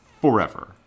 forever